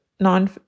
non